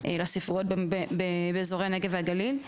לספריות באזורי הנגב והגליל.